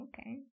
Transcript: okay